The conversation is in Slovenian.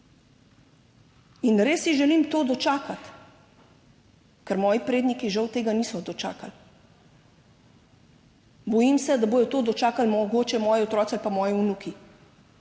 in res si želim to dočakati, ker moji predniki žal tega niso dočakali. Bojim se, da bodo to dočakali mogoče moji otroci ali pa moji vnuki,